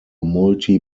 multi